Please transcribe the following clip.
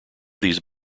these